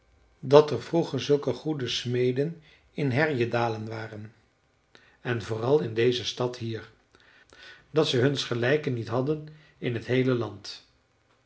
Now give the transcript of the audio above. dat er vroeger zulke goede smeden in härjedalen waren en vooral in deze stad hier dat ze hunsgelijken niet hadden in t heele land